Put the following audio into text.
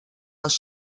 les